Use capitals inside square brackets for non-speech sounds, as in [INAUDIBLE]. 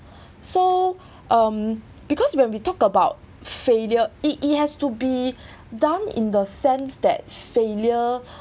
so [BREATH] um because when we talk about failure it it has to be [BREATH] done in the sense that failure